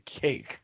cake